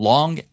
Long